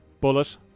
Bullet